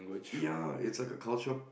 ya it's like a cultural